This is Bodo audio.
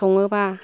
सङोबा